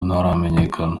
ntaramenyekana